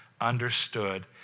understood